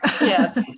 Yes